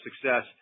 success